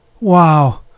Wow